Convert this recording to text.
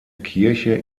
kirche